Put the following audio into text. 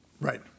Right